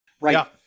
Right